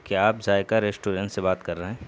کیا آپ ذائقہ ریسٹورنٹ سے بات کر رہے ہیں